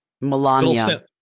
Melania